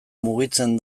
mugitzen